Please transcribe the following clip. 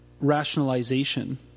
rationalization